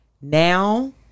Now